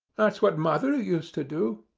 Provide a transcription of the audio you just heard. that's what mother ah used to do.